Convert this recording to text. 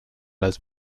las